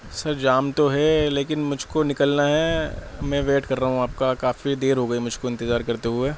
سر jam تو ہے لیکن مجھ کو نکلنا ہے میں ویٹ کر رہا ہوں آپ کا کافی دیر ہو گئی مجھ کو انتظار کرتے ہوئے